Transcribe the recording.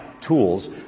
tools